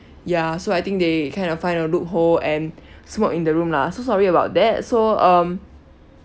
ya so I think they kind of find a loophole and smoke in the room lah so sorry about that so um